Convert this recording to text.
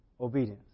Obedience